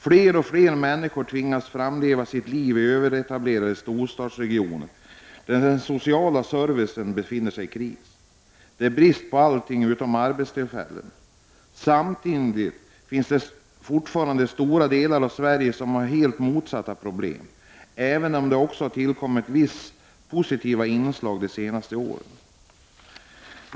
Allt fler människor tvingas leva i överetablerade storstadsregioner, där den sociala servicen befinner sig i kris. Det är brist på allting, utom på arbetstillfällen. Men samtidigt har fortfarande stora delar av Sverige rakt motsatta problem, även om det har tillkommit vissa positiva inslag under de senaste åren.